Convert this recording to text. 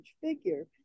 figure